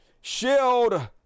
shield